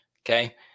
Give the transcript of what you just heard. Okay